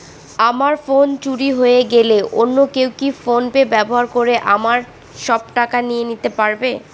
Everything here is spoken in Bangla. আমার ফোন চুরি হয়ে গেলে অন্য কেউ কি ফোন পে ব্যবহার করে আমার সব টাকা নিয়ে নিতে পারবে?